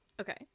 Okay